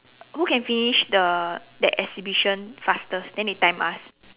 who can finish the that exhibition fastest then they time us